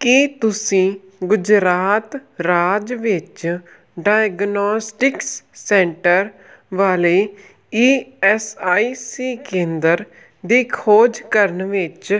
ਕੀ ਤੁਸੀਂ ਗੁਜਰਾਤ ਰਾਜ ਵਿੱਚ ਡਾਇਗਨੌਸਟਿਕਸ ਸੈਂਟਰ ਵਾਲੇ ਈ ਐਸ ਆਈ ਸੀ ਕੇਂਦਰ ਦੀ ਖੋਜ ਕਰਨ ਵਿੱਚ